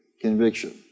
conviction